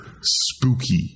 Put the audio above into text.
spooky